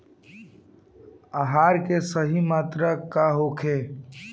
आहार के सही मात्रा का होखे?